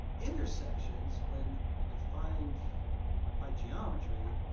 intersections, when defined by geometry,